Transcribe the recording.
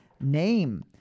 name